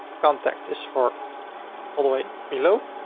contact this for all the way below,